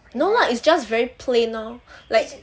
no lah is just very plain lor like